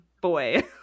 boy